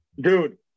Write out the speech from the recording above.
Dude